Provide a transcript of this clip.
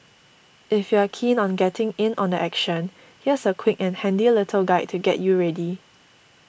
if you're keen on getting in on the action here's a quick and handy little guide to get you ready